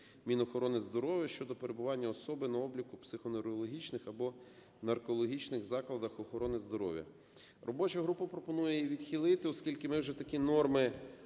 Мінохорониздоров’я, щодо перебування особи на обліку в психоневрологічних або наркологічних закладах охорони здоров’я. Робоча група пропонує її відхилити, оскільки ми вже такі норми